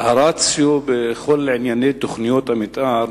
שהרציו בכל ענייני תוכניות המיתאר,